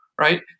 right